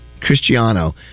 Cristiano